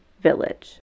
VILLAGE